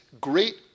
great